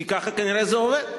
כי ככה כנראה זה עובד.